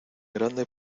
grande